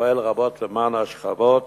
ופועל רבות למען השכבות